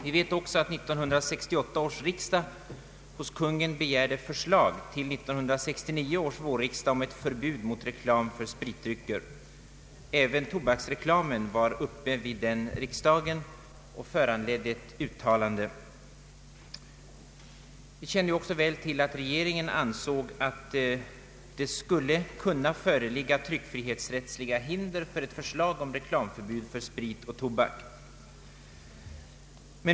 Vi vet också att 1968 års riksdag hos Kungl. Maj:t begärde förslag till 1969 års vårriksdag om förbud mot reklam för spritdrycker. Även tobaksreklamen var uppe vid den riksdagen och föranledde ett uttalande. Vidare känner vi väl till att regeringen ansåg att det skulle kunna föreligga tryckfrihetsrättsliga hinder för ett förslag om förbud mot reklam för sprit och tobak.